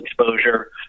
exposure